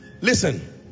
Listen